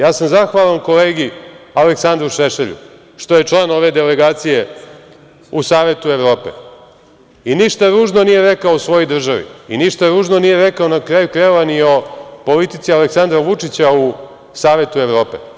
Zahvalan sam kolegi Aleksandru Šešelju što je član ove delegacije u Savetu Evrope i ništa ružno nije rekao o svojoj državi i ništa ružno nije rekao, na kraju krajeva, ni o politici Aleksandra Vučića u Savetu Evrope.